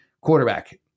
Quarterback